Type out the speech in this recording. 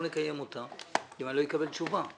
לא נקיים אותה אם אני לא אקבל תשובה.